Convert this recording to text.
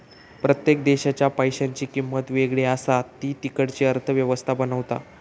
प्रत्येक देशाच्या पैशांची किंमत वेगळी असा ती तिकडची अर्थ व्यवस्था बनवता